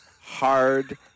hard